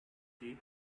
key